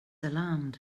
alarmed